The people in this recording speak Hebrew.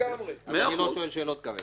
אז אני לא שואל שאלות כרגע.